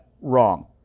wrong